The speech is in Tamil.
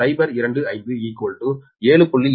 025 7